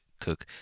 cook